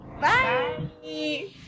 Bye